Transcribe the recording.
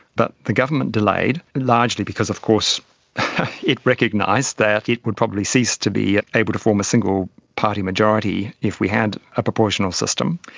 but the government delayed, largely because of course it recognised that it would probably cease to be able to form a single party majority if we had a proportional system,